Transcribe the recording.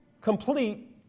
complete